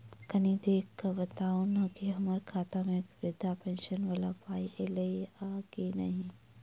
कनि देख कऽ बताऊ न की हम्मर खाता मे वृद्धा पेंशन वला पाई ऐलई आ की नहि?